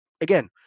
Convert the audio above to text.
again